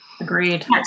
Agreed